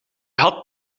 had